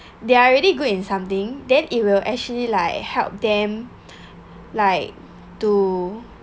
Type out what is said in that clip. they're already good in something then it will actually like help them like to